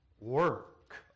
work